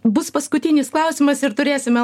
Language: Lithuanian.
bus paskutinis klausimas ir turėsime